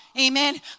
Amen